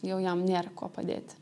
jau jam nėra ko padėti